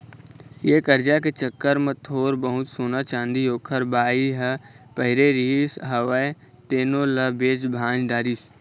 ये करजा के चक्कर म थोर बहुत सोना, चाँदी ओखर बाई ह पहिरे रिहिस हवय तेनो ल बेच भांज डरिस